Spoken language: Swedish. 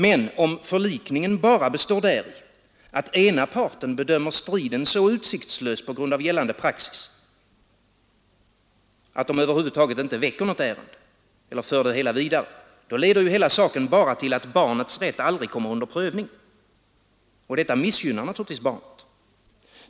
Men om förlikningen bara består däri, att den ena parten bedömer striden så utsiktslös på grund av gällande praxis att han över huvud taget inte väcker talan i vårdnadsärendet, leder det hela bara till att barnets rätt aldrig kommer under prövning. Och detta missgynnar barnet.